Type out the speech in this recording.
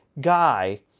guy